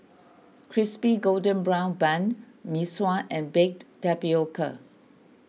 Crispy Golden Brown Bun Mee Kuah and Baked Tapioca